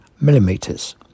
millimeters